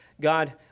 God